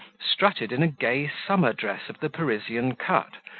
strutted in a gay summer dress of the parisian cut,